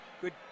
good